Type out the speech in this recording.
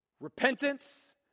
repentance